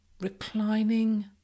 Reclining